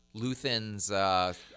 Luthen's